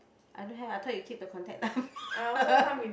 I don't have I thought you keep the contact number